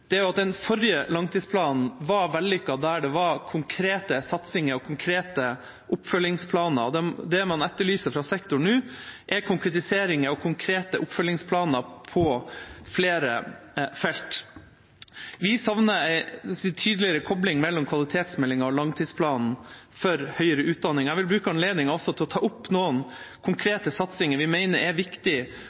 nå, er konkretiseringer og konkrete oppfølgingsplaner på flere felt. Vi savner en tydeligere kobling mellom kvalitetsmeldinga og langtidsplanen for høyere utdanning. Jeg vil bruke anledningen til også å ta opp noen konkrete satsinger vi mener er viktig